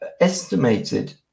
estimated